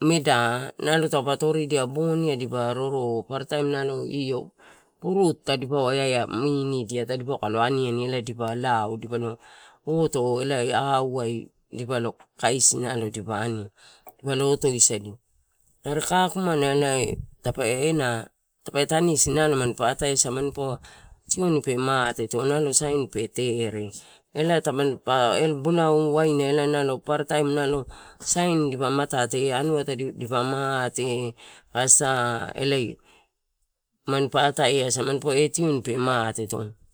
meda, nalo taupe toridia nalo, boniai roro paparataim nalo io purutu tadipaua ea inidia ani ani ela dipa lao, dipole, oto elai auai dipalo kaisi ela dipa ani ani, dipole otoisadia are kakumana ena tape tanisi nalo mampa ataisamani tioni tape mate to, nalo sain pe tere, elae tampa bolai waina paparataim sain dipa matate ea anua dipa mate, aka sa, elae, manpa atae asa ela tioni, mateto.